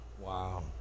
Wow